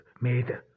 made